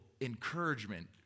encouragement